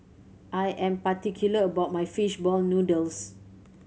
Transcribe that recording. I am particular about my fish ball noodles